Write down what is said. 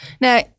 Now